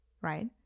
right